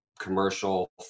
commercial